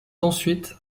ensuite